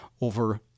over